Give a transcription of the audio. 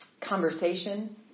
conversation